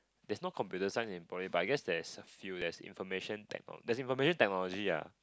there's no computer science in Poly but I guess there's a few there's information tech there's information technology ah